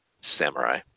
Samurai